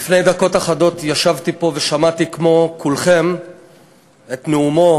לפני דקות אחדות ישבתי פה ושמעתי כמו כולכם את נאומו